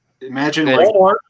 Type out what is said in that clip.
Imagine